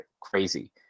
crazy